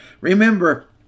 Remember